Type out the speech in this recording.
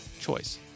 choice